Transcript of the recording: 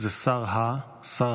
זה שר ה-ביטחון,